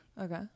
Okay